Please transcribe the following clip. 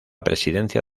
presidencia